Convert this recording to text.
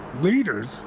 Leaders